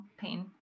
pain